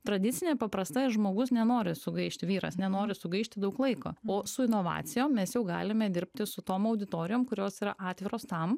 tradicinė paprastai žmogus nenori sugaišt vyras nenori sugaišti daug laiko o su inovacijom mes jau galime dirbti su tom auditorijom kurios yra atviros tam